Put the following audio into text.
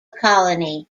colony